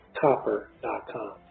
copper.com